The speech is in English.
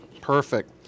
Perfect